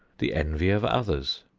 the envy of others,